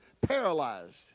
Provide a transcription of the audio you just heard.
paralyzed